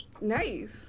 Nice